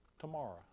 tomorrow